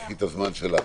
קחי את הזמן שלך,